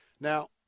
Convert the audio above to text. Now